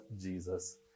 Jesus